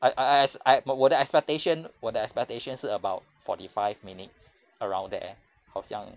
I I as I but 我的 expectation 我的 expectation 是 about forty five minutes around there 好像